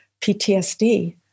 PTSD